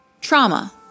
trauma